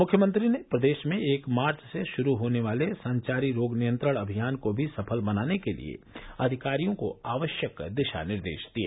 मुख्यमंत्री ने प्रदेश में एक मार्च से शुरू होने वाले संचारी रोग नियंत्रण अभियान को भी सफल बनाने के लिए अधिकारियों को आवश्यक दिशानिर्देश दिए